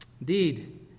Indeed